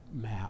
map